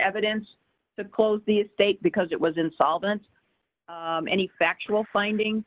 evidence that close the state because it was insolvent any factual finding